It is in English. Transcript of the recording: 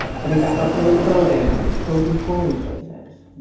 cutting back on early voting and closing polling places.